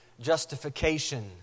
justification